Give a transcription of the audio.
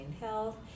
health